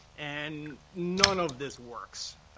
and none of this works.